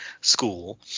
school